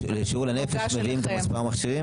ובהתאם לשיעור לנפש מביאים את מספר המכשירים,